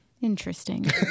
Interesting